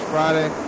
Friday